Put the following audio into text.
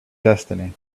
destiny